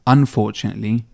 Unfortunately